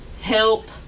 help